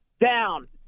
down